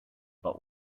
but